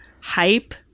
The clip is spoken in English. Hype